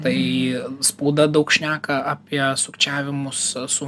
tai spauda daug šneka apie sukčiavimus su